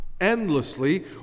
endlessly